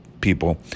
people